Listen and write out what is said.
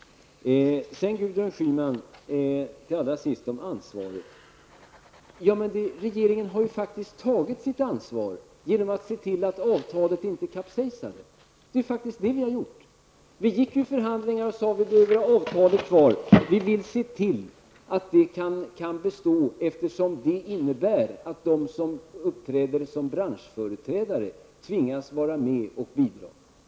Sedan allra sist till Gudrun Schyman beträffande ansvaret. Regeringen har ju faktiskt redan tagit sitt ansvar genom att se till att avtalet inte kapsejsade. Vi gick ut och sade att avtalet måste finnas kvar. Vi vill se till att det kan bestå, eftersom detta innebär att de som uppträder som branschföreträdare tvingas vara med och bidra.